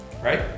right